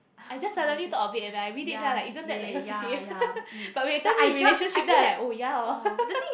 I just suddenly thought of it eh like I read it then I like isn't that like your C_C_A but when you tell me relationship then I like oh ya hor